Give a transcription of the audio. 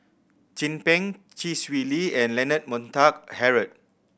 Chin Peng Chee Swee Lee and Leonard Montague Harrod